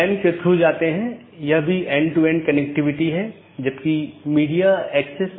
एक अन्य संदेश सूचना है यह संदेश भेजा जाता है जब कोई त्रुटि होती है जिससे त्रुटि का पता लगाया जाता है